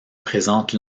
présente